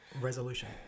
resolution